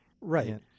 Right